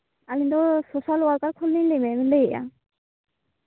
ᱟᱞᱤᱧ ᱫᱚ social worker ᱠᱷᱚᱱ ᱵᱮᱱ ᱞᱤᱧ ᱞᱟᱹᱭ ᱮᱫᱟ ᱦᱩᱸ